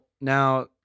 now